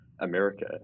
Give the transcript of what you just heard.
America